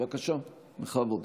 בבקשה, בכבוד.